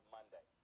Monday